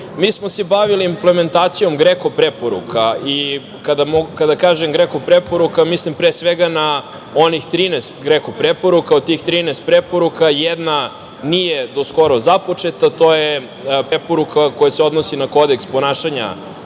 smo se bavili implementacijom GREKO preporuka i kada kažem GREKO preporuke, mislim, pre svega, na onih 13 GREKO preporuka. Od tih 13 preporuka, jedna nije do skoro započeta. To je preporuka koja se odnosi na Kodeks ponašanja